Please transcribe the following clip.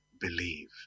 believe